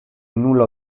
nulla